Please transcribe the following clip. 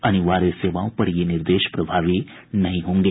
अनिवार्य सेवाओं पर ये निर्देश प्रभावी नहीं होंगे